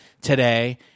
today